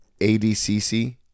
ADCC